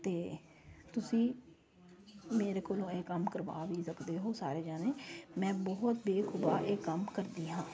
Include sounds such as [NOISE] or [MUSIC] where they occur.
ਅਤੇ ਤੁਸੀਂ ਮੇਰੇ ਕੋਲੋਂ ਇਹ ਕੰਮ ਕਰਵਾ ਵੀ ਸਕਦੇ ਹੋ ਸਾਰੇ ਜਣੇ ਮੈਂ ਬਹੁਤ [UNINTELLIGIBLE] ਇਹ ਕੰਮ ਕਰਦੀ ਹਾਂ